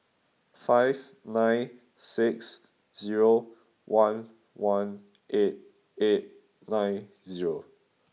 five nine six zero one one eight eight nine zero